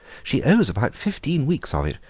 she owes about fifteen weeks of it,